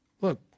Look